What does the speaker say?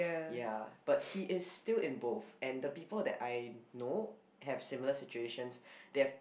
ya but he is still in both and the people that I know have similar situations they have